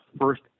first